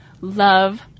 love